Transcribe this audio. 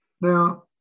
Now